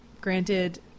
Granted